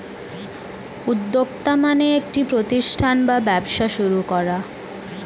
উদ্যোক্তা মানে একটি প্রতিষ্ঠান বা ব্যবসা শুরু করা